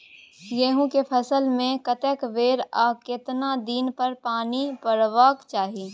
गेहूं के फसल मे कतेक बेर आ केतना दिन पर पानी परबाक चाही?